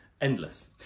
endless